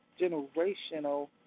generational